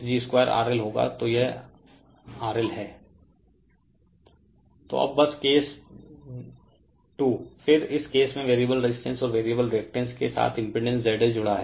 Refer Slide Time 2403 तो अब case 2 फिर इस केस में वैरिएबल रेजिस्टेंस और वैरिएबल रेअक्टैंस के साथ इम्पीडेन्स ZL जुड़ा हैं